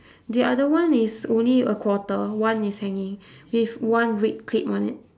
the other one is only a quarter one is hanging with one red clip on it